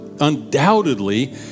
undoubtedly